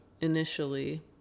initially